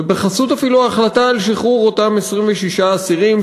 ובחסות אפילו ההחלטה על שחרור אותם 26 אסירים,